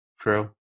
true